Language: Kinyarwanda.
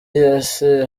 ese